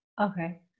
Okay